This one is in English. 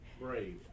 Brave